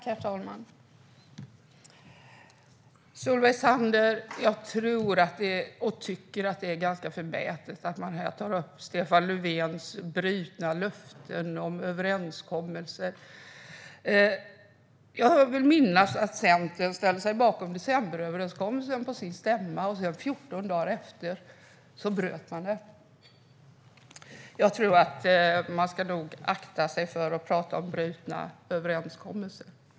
Herr talman! Jag tycker, Solveig Zander, att det är ganska förmätet att här ta upp Stefan Löfvens brutna löften om överenskommelser. Jag vill minnas att Centern på sin stämma ställde sig bakom decemberöverenskommelsen, och 14 dagar senare bröt man den. Man ska nog akta sig för att tala om brutna överenskommelser.